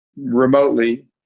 remotely